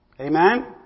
Amen